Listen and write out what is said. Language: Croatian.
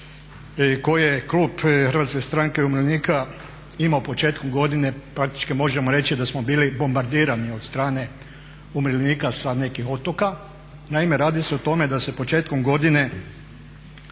koje je klub HSU-a imao početkom godine, praktički možemo reći da smo bili bombardirani od strane umirovljenika sa nekih otoka. Naime, radi se o tome da se početkom godine